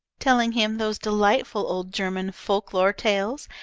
telling him those delightful old german folk-lore tales,